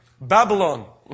Babylon